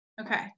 Okay